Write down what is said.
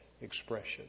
expression